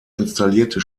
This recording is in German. installierte